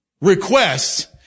requests